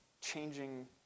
changing